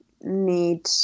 need